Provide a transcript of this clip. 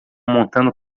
montando